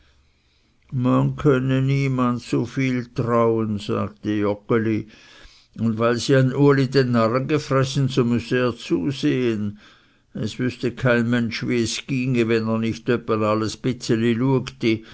man könne niemand zu viel trauen sagte joggeli und weil sie an uli den narren gefressen so müsse er zusehen es wüßte kein mensch wie es ginge wenn er nicht öppe es